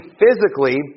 physically